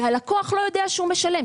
והלקוח לא יודע שהוא משלם.